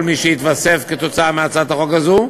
מי שיתווסף כתוצאה מהצעת החוק הזאת,